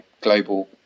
global